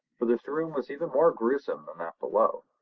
for this room was even more gruesome than that below.